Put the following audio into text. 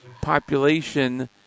population